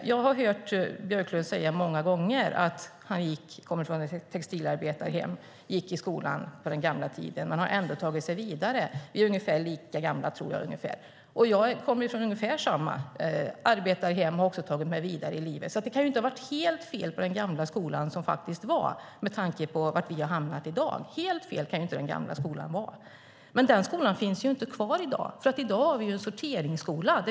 Jag har hört Björklund säga många gånger att han kommer från ett textilarbetarhem, gick i skolan på den gamla tiden men ändå har tagit sig vidare. Vi är ungefär lika gamla, tror jag, och även jag kommer från ett arbetarhem och har tagit mig vidare i livet. Den gamla skolan kan alltså inte ha varit helt fel, med tanke på var vi har hamnat i dag. Men den skolan finns inte kvar. I dag har vi en sorteringsskola.